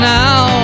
now